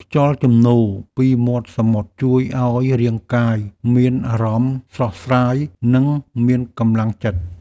ខ្យល់ជំនោរពីមាត់សមុទ្រជួយឱ្យរាងកាយមានអារម្មណ៍ស្រស់ស្រាយ និងមានកម្លាំងចិត្ត។